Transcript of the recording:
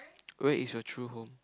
where is your true home